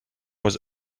was